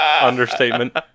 Understatement